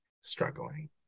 struggling